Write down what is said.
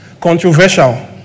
controversial